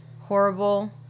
horrible